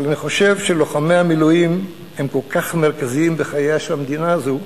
אבל אני חושב שלוחמי המילואים הם כל כך מרכזיים בחייה של המדינה הזו,